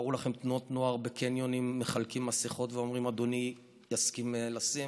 תארו לכם תנועות נוער בקניונים מחלקים מסכות ואומרים: אדוני יסכים לשים?